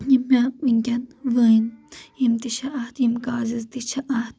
یِم مےٚ ونکٮ۪ن ؤنۍ یِم تہِ چھِ اتھ یِم کازز تہِ چھِ اتھ